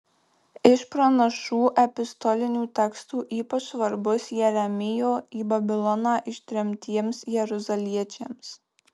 iš pranašų epistolinių tekstų ypač svarbus jeremijo į babiloną ištremtiems jeruzaliečiams